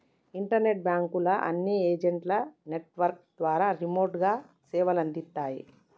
internet బాంకుల అన్ని agent network ద్వారా రిమోట్ గా సేవలందిత్తాయి